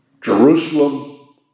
Jerusalem